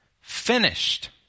Finished